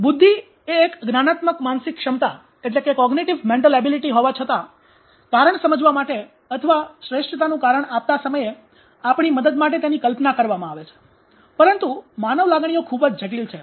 બુદ્ધિ એ એક જ્ઞાનાત્મક માનસિક ક્ષમતા હોવા છતાં કારણ સમજવા માટે અથવા શ્રેષ્ઠતાનું કારણ આપતા સમયે આપણી મદદ માટે તેની કલ્પના કરવામાં આવે છે પરંતુ માનવ લાગણીઓ ખૂબ જ જટિલ છે